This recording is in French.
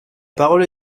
parole